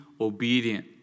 obedient